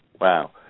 Wow